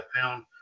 pound